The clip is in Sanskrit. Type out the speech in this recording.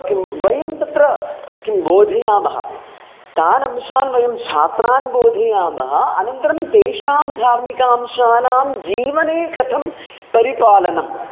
किं वयं तत्र किं बोधयामः तान् अंशान् वयं छात्रान् बोधयामः अनन्तरं तेषां धार्मिकांशानां जीवने कथं परिपालनम्